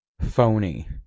Phony